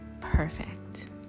perfect